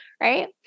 right